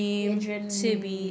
adrian lim